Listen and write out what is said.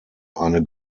eine